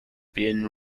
being